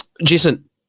Jason